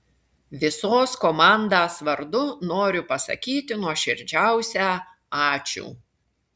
visos komandas vardu noriu pasakyti nuoširdžiausią ačiū